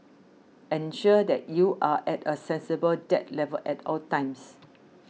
ensure that you are at a sensible debt level at all times